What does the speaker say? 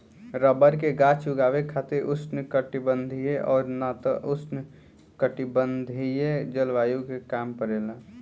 rubber के गाछ उगावे खातिर उष्णकटिबंधीय और ना त उपोष्णकटिबंधीय जलवायु के काम परेला